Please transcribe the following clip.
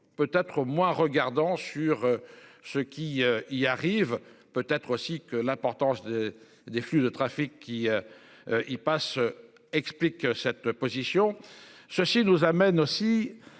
peut-être moins regardants sur. Ce qu'il y arrive peut-être aussi que l'importance. Des flux de trafic qui. Y passe explique cette position. Ceci nous amène aussi